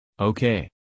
Okay